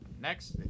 next